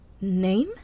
Name